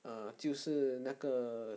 oh 就是那个